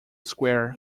square